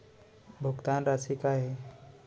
भुगतान राशि का हे?